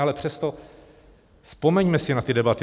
Ale přesto, vzpomeňme si na ty debaty.